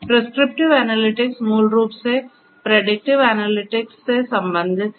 prescriptive analytics मूल रूप से प्रेडिक्टिव एनालिटिक्स से संबंधित है